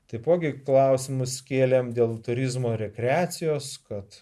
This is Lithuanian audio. taipogi klausimus kėlėme dėl turizmo rekreacijos kad